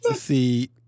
see